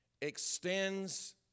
extends